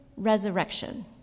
resurrection